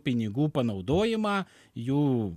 pinigų panaudojimą jų